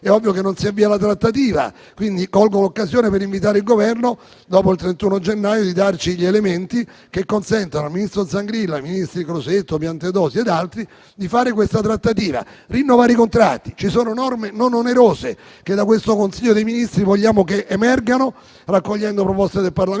è ovvio che non si avvia la trattativa. Colgo quindi l'occasione per invitare il Governo, dopo il 31 gennaio, a darci gli elementi che consentano ai ministri Zangrillo, Crosetto, Piantedosi e altri di fare questa trattativa e rinnovare i contratti. Ci sono norme non onerose che da questo Consiglio dei ministri vogliamo che emergano raccogliendo proposte del Parlamento